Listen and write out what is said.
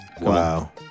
Wow